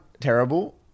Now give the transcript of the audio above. terrible